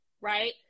right